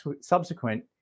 subsequent